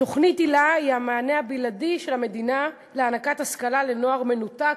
תוכנית היל"ה היא המענה הבלעדי של המדינה להענקת השכלה לנוער מנותק,